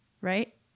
Right